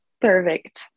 Perfect